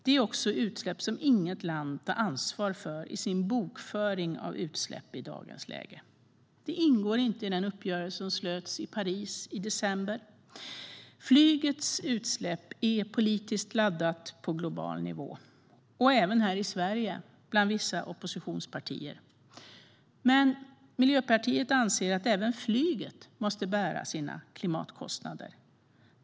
Det är också utsläpp som inget land tar ansvar för i sin bokföring av utsläpp i dagens läge. Flygets utsläpp ingår inte i den uppgörelse som slöts i Paris i december. De är politiskt laddade på global nivå, och även här i Sverige bland vissa oppositionspartier. Men Miljöpartiet anser att även flyget måste bära sina klimatkostnader.